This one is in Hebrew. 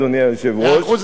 אדוני היושב-ראש,